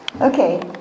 Okay